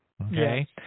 okay